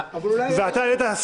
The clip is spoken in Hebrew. ואתה יודע,